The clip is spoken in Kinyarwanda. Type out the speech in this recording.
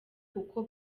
kuko